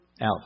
out